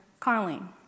Carlene